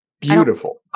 beautiful